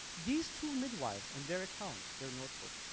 these two midwives and their accounts, their notebook,